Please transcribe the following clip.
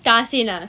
tahasen ah